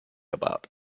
about